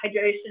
hydration